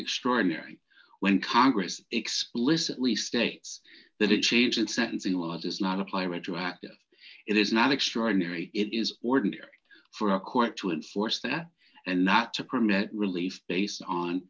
extraordinary when congress explicitly states that it change in sentencing law does not apply retroactive it is not extraordinary it is ordinary for a court to enforce that and not to permit relief based on